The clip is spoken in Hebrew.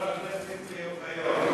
חבר הכנסת אוחיון.